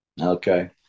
Okay